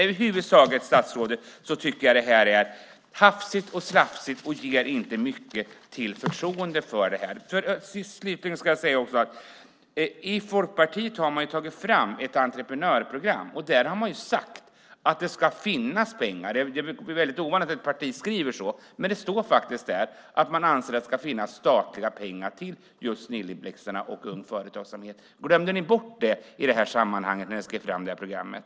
Över huvud taget, statsrådet, tycker jag att det här är hafsigt och slafsigt, och det inger inte mycket till förtroende. Slutligen ska jag säga att man ju i Folkpartiet har tagit fram ett entreprenörprogram. Där har man sagt att det ska finnas pengar. Det är väldigt ovanligt att ett parti skriver så, men det står faktiskt att man anser att det ska finnas statliga pengar till just Snilleblixtarna och Ung Företagsamhet. Glömde ni bort det när ni skrev fram det här programmet?